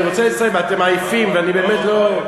אני רוצה לסיים, אתם עייפים, ואני באמת לא,